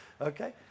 Okay